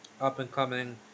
up-and-coming